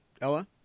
Ella